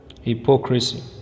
hypocrisy